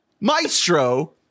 Maestro